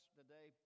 today